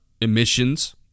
emissions